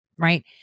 right